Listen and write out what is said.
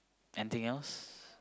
anything else